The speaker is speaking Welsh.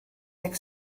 deg